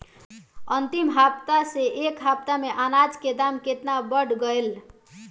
अंतिम हफ्ता से ए हफ्ता मे अनाज के दाम केतना बढ़ गएल?